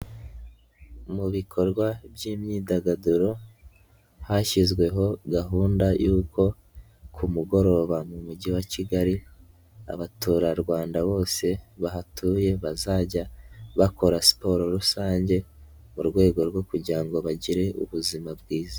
Mu bikorwa by'imyidagaduro hashyizweho gahunda y'uko ku mugoroba mu mujyi wa Kigali Abaturarwanda bose bahatuye bazajya bakora siporo rusange mu rwego rwo kugira ngo bagire ubuzima bwiza.